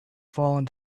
fallen